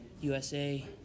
USA